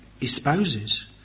espouses